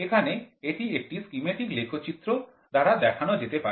এখানে এটি একটি স্কিম্যাটিক লেখচিত্র দ্বারা দেখানো যেতে পারে